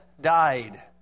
died